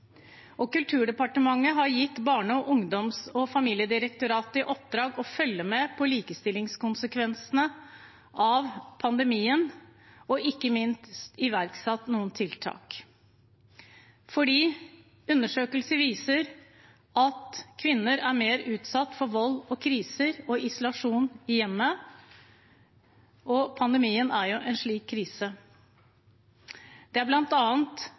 Kulturdepartementet har gitt Barne-, ungdoms- og familiedirektoratet i oppdrag å følge med på likestillingskonsekvensene av pandemien og ikke minst de iverksatte tiltakene. For undersøkelser viser at kvinner er mer utsatt for vold ved kriser og isolasjon i hjemmet, og pandemien er jo en slik krise. Det er